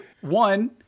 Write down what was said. one